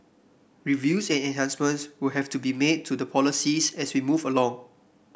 reviews and enhancements will have to be made to the policies as we move along